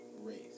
race